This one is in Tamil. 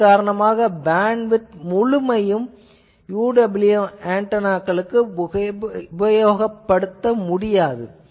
இதன் காரணமாக பேண்ட்விட்த் முழுமையும் UWB ஆன்டெனாக்களுக்கு உபயோகப்படுத்த முடியாது